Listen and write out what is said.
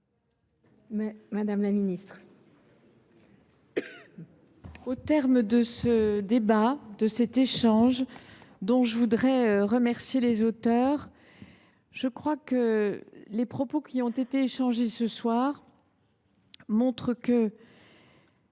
madame la ministre,